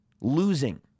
Losing